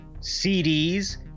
CDs